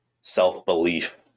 self-belief